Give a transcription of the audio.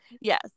yes